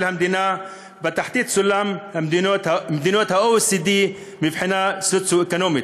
המדינה בתחתית סולם מדינות ה-OECD מבחינה סוציו-אקונומית.